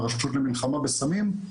מהרשות למלחמה בסמים,